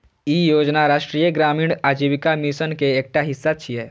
ई योजना राष्ट्रीय ग्रामीण आजीविका मिशन के एकटा हिस्सा छियै